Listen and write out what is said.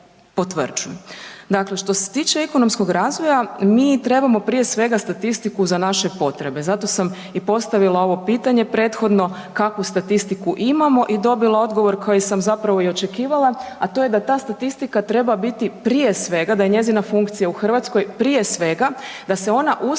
Dakle, što se tiče ekonomskog razvoja mi trebamo prije svega trebamo statistiku za naše potrebe. Zato sam i postavila ovo pitanje prethodno kakvu statistiku imamo i dobila odgovor koji sam zapravo i očekivala, a to je da ta statistika treba biti prije svega, da je njezina funkcija u Hrvatskoj prije svega da se ona uskladi